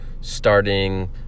starting